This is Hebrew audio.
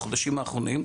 בחודשים האחרונים,